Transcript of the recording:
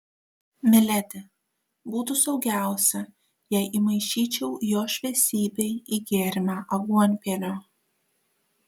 miledi būtų saugiausia jei įmaišyčiau jo šviesybei į gėrimą aguonpienio